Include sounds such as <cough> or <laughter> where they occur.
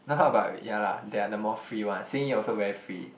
<laughs> but yeah lah they are the more free [one] Xing-Yi also very free